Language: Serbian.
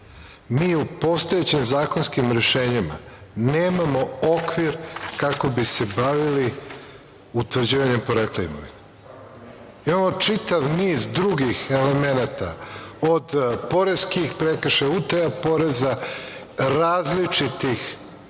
u postojećim zakonskim rešenjima nemamo okvir kako bi se bavili utvrđivanjem porekla imovine, imamo čitav niz drugih elemenata od poreskih prekršaja, utaja poreza, različitih